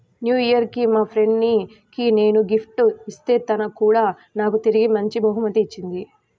new year కి మా friend కి నేను గిఫ్ట్ ఇత్తే తను కూడా నాకు తిరిగి మంచి బహుమతి ఇచ్చింది